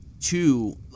two